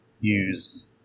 use